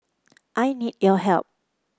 I need your help